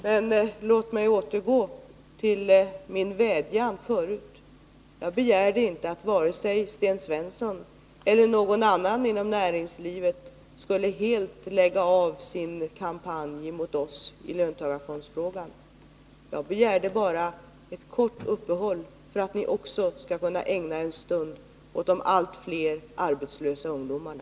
Men låt mig återgå till min vädjan tidigare. Jag begärde inte att vare sig Sten Svensson eller någon annan inom näringslivet skulle helt lägga av sin kampanj mot oss i löntagarfondsfrågan. Jag begärde bara ett kort uppehåll för att ni också skall kunna ägna en stund åt de allt fler arbetslösa ungdomarna.